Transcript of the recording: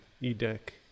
e-deck